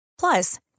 Plus